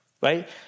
right